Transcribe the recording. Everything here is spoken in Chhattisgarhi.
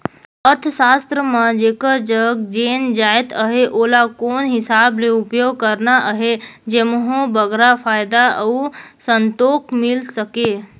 अर्थसास्त्र म जेकर जग जेन जाएत अहे ओला कोन हिसाब ले उपयोग करना अहे जेम्हो बगरा फयदा अउ संतोक मिल सके